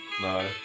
No